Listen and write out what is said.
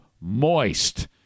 Moist